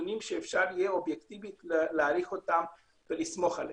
נתונים שאפשר יהיה אובייקטיבית להעריך אותם ולסמוך עליהם.